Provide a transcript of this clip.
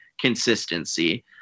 consistency